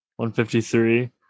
153